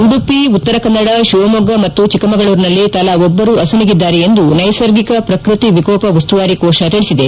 ಉಡುಪಿ ಉತ್ತರ ಕನ್ನಡ ಶಿವಮೊಗ್ಗ ಮತ್ತು ಚಿಕ್ಕಮಗಳೂರಿನಲ್ಲಿ ತಲಾ ಒಬ್ಬರು ಅಸುನೀಗಿದ್ದಾರೆ ಎಂದು ನೈಸರ್ಗಿಕ ಪ್ರಕೃತಿ ವಿಕೋಪ ಉಸ್ತುವಾರಿ ಕೋಶ ತಿಳಿಸಿದೆ